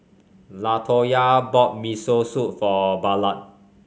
Latoya bought Miso Soup for Ballard